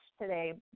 today